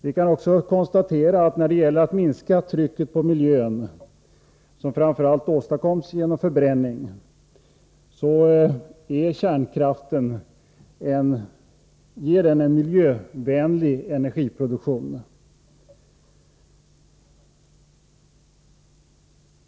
Vi kan också konstatera att när det gäller att minska trycket på miljön, som framför allt åstadkommes genom förbränning, innebär kärnkraften en miljövänlig energiproduktion.